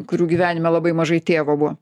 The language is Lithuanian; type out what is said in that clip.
kurių gyvenime labai mažai tėvo buvo